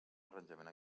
arranjament